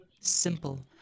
simple